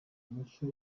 umucyo